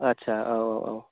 आस्सा औ औ औ